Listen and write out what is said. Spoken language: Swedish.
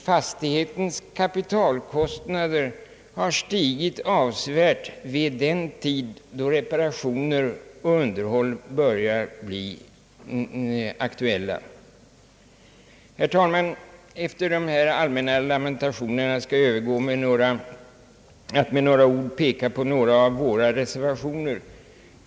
Fastighetens kapitalkostnader har stigit avsevärt vid den tid då reparationer och underhåll börjar bli aktuella. Herr talman! Efter dessa allmänna lamentationer skall jag fästa uppmärksamheten på några av våra reservationer.